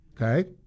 okay